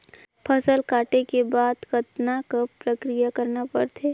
फसल काटे के बाद कतना क प्रक्रिया करना पड़थे?